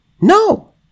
No